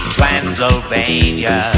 Transylvania